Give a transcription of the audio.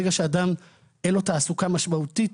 ברגע שאין לאדם תעסוקה משמעותית,